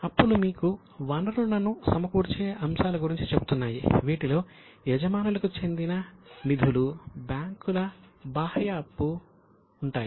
అప్పులు మీకు వనరులను సమకూర్చే అంశాల గురించి చెబుతున్నాయి వీటిలో యజమానులకు చెందిన నిధులు ఉంటాయి